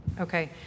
Okay